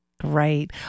Great